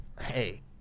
Hey